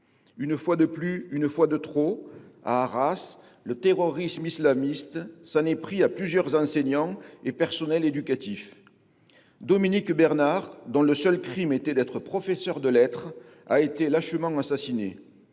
Une fois de plus, une fois de trop, à Arras, le terrorisme islamiste s’en est pris à plusieurs enseignants et personnels éducatifs. Dominique Bernard, dont le seul crime était d’être professeur de lettres, a été lâchement assassiné.